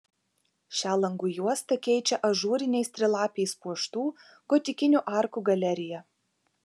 šią langų juostą keičia ažūriniais trilapiais puoštų gotikinių arkų galerija